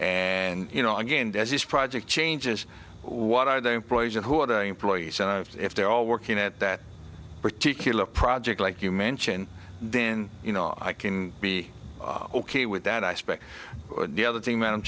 and you know i gained as this project changes what are the employees and who are the employees and if they're all working at that particular project like you mentioned then you know i can be ok with that i suspect the other thing that i'm